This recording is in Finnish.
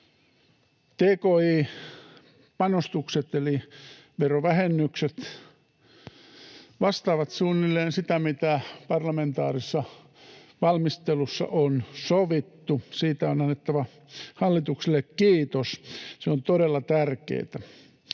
Tki-panostukset eli verovähennykset vastaavat suunnilleen sitä, mitä parlamentaarisessa valmistelussa on sovittu. Siitä on annettava hallitukselle kiitos. Se on todella tärkeätä.